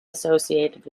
associated